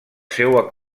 seua